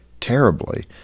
terribly